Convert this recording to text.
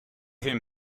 him